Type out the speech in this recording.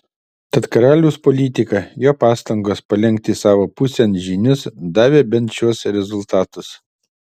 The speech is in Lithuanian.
tad karaliaus politika jo pastangos palenkti savo pusėn žynius davė bent šiuos rezultatus